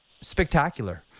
spectacular